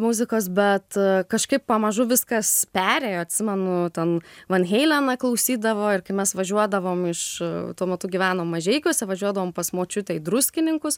muzikos bet kažkaip pamažu viskas perėjo atsimenu ten van heileną klausydavo ir kai mes važiuodavom iš tuo metu gyvenom mažeikiuose važiuodavom pas močiutę į druskininkus